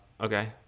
okay